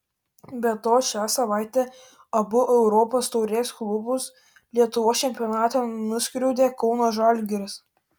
be to šią savaitę abu europos taurės klubus lietuvos čempionate nuskriaudė kauno žalgiris